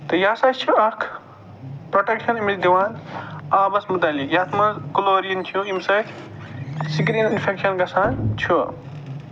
تہٕ یہِ سا چھُ اکھ پروٹٮ۪کشَن أمِس دِوان آبَس مُتعلِق یَتھ منٛز کٔلوریٖن چھُ اَمہِ سۭتۍ ییٚمہِ سۭتۍ سِکِن اِنفٮ۪کشَن گژھان چھُ